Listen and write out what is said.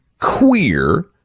queer